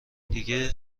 دیگه